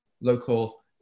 local